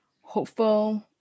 hopeful